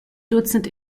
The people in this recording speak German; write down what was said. dutzend